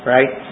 Right